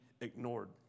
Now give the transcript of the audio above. ignored